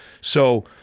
So-